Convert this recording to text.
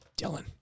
Dylan